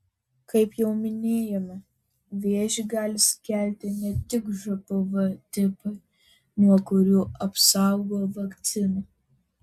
kaip jau minėjome vėžį gali sukelti ne tik žpv tipai nuo kurių apsaugo vakcina